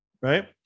Right